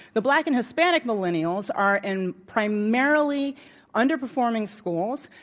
the black and hispanic millennials are in primarily underperforming schools,